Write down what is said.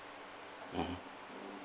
mmhmm